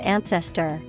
Ancestor